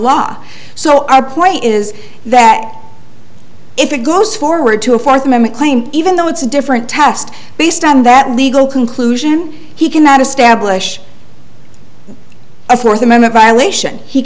law so our point is that if it goes forward to a fourth amendment claim even though it's a different test based on that legal conclusion he cannot establish a fourth amendment violation he